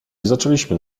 zaczęliśmy